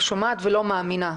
אני שומעת ולא מאמינה.